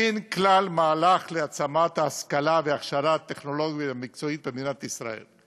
אין כלל מהלך להעצמת ההשכלה וההעשרה הטכנולוגית והמקצועית במדינת ישראל,